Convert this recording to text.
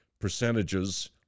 percentages